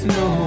no